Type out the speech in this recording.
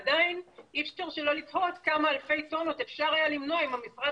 עדיין אי אפשר שלא לתהות כמה אלפי טונות אפשר היה למנוע אם המשרד